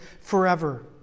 forever